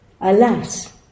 Alas